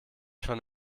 schon